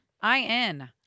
I-N